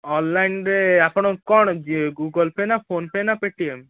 ଅନଲାଇନ୍ରେ ଆପଣ କ'ଣ ଗୁଗୁଲ୍ ପେ ନା ଫୋନ ପେ ନା ପେଟିଏମ୍